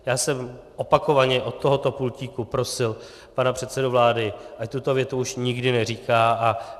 Já jsem opakovaně od tohoto pultíku prosil pana předsedu vlády, ať tuto větu už nikdy neříká.